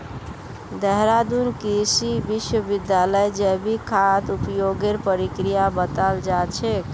देहरादून कृषि विश्वविद्यालयत जैविक खाद उपयोगेर प्रक्रिया बताल जा छेक